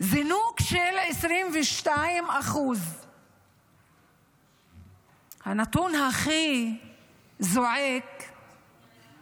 זינוק של 22%. הנתון הכי זועק זה שאנחנו מדברים